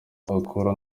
akura